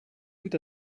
tout